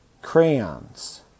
Crayons